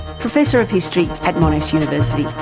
professor of history at monash university.